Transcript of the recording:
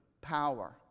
power